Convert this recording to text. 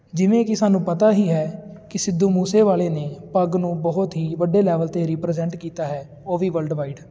ਜਿਵੇਂ ਕਿ ਸਾਨੂੰ ਪਤਾ ਹੀ ਹੈ ਕਿ ਸਿੱਧੂ ਮੂਸੇਵਾਲੇ ਨੇ ਪੱਗ ਨੂੰ ਬਹੁਤ ਹੀ ਵੱਡੇ ਲੈਵਲ 'ਤੇ ਰੀਪ੍ਰਜੈਂਟ ਕੀਤਾ ਹੈ ਉਹ ਵੀ ਵਰਲਡ ਵਾਈਡ